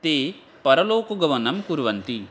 ते परलोकगमनं कुर्वन्ति